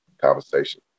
conversation